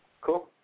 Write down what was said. Cool